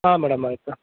ಹಾಂ ಮೇಡಮ್ ಆಯಿತು